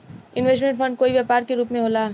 investment fund कोई व्यापार के रूप में होला